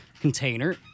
container